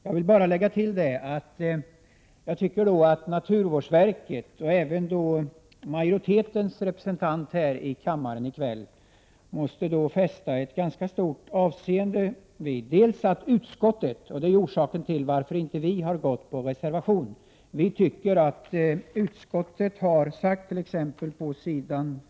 Jag vill bara tillägga att jag anser att naturvårdsverket, och även majoritetens representant, borde fästa ett ganska stort avseende vid att utskottet — vilket är orsaken till varför vi inte reserverat oss — på s.